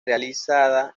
realizada